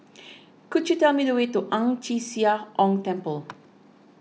could you tell me the way to Ang Chee Sia Ong Temple